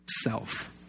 self